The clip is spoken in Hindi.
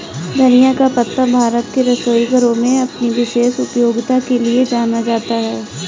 धनिया का पत्ता भारत के रसोई घरों में अपनी विशेष उपयोगिता के लिए जाना जाता है